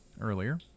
earlier